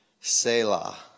Selah